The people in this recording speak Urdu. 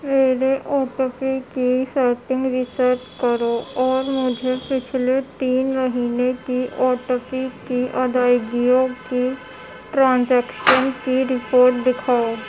میرے آٹو پے کی سیٹنگ ریسیٹ کرو اور مجھے پچھلے تین مہینے کی آٹو پے کی ادائیگیوں کی ٹرانزیکشن کی رپورٹ دکھاؤ